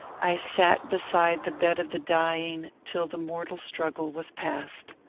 i sat beside the bed of the dying till the mortal struggle was past.